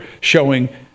showing